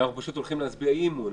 הולכים להצביע אי-אמון.